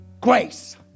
grace